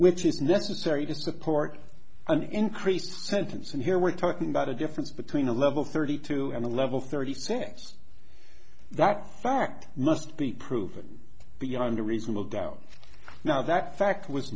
which is necessary to support an increased sentence and here we're talking about a difference between a level thirty two and a level thirty six that fact must be proven beyond a reasonable doubt now that fact was